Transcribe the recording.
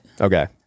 Okay